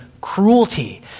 cruelty